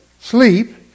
Sleep